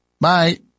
Bye